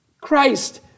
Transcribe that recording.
Christ